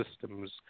systems